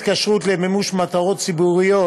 התקשרות למימוש מטרות ציבוריות),